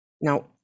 Now